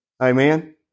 Amen